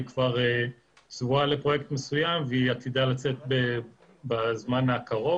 היא כבר צבועה לפרויקט מסוים והיא עתידה לצאת בזמן הקרוב